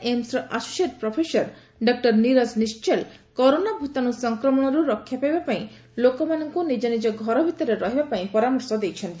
ଏମ୍ସର associate professor doctor Niraj Nischal corona ଭୂତାଣୁ ସଂକ୍ରମଣରୁ ରକ୍ଷାପାଇବା ଲାଗି ଲୋକମାନଙ୍କୁ ନିଜ ନିଜ ଘର ଭିତରେ ରହିବା ପାଇଁ ପରାମର୍ଶ ଦେଇଛନ୍ତି